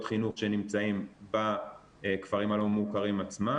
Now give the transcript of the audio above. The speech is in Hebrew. חינוך שנמצאים בכפרים הלא מוכרים עצמם.